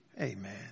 Amen